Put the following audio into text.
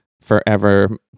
forever